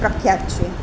પ્રખ્યાત છે